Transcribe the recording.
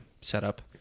setup